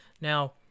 Now